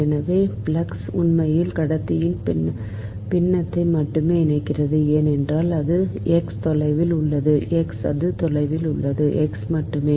எனவே ஃப்ளக்ஸ் உண்மையில் கடத்தியின் பின்னத்தை மட்டுமே இணைக்கிறது ஏனெனில் அது x தொலைவில் உள்ளது x அது தொலைவில் உள்ளது x மட்டுமே